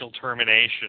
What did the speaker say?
termination